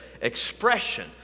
expression